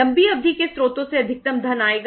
लंबी अवधि के स्रोतों से अधिकतम धन आएगा